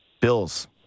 Bills